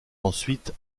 ensuite